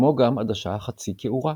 כמו גם עדשה חצי קעורה.